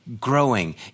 growing